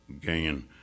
gain